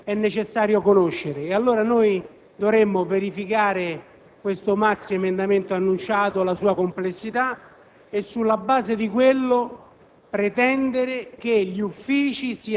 per decidere sia necessario conoscere, e allora noi dovremmo verificare il maxiemendamento annunciato e la sua complessità. Sulla base di ciò,